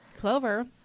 Clover